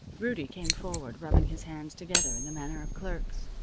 rudie came forward, rubbing his hands together in the manner of clerks.